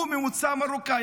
הוא ממוצא מרוקאי.